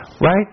Right